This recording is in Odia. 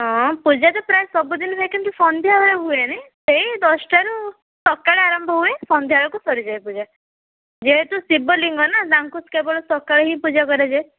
ହଁ ପୂଜା ତ ପ୍ରାୟ ସବୁଦିନ ହୁଏ କିନ୍ତୁ ସନ୍ଧ୍ୟା ବେଳେ ହୁଏନି ସେଇ ଦଶଟାରୁ ସକାଳେ ଆରମ୍ଭ ହୁଏ ସନ୍ଧ୍ୟା ବେଳକୁ ସରିଯାଏ ପୂଜା ଯେହେତୁ ଶିବଲିଙ୍ଗ ନା ତାଙ୍କୁ କେବଳ ସକାଳୁ ହିଁ ପୂଜା କରାଯାଏ